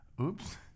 Oops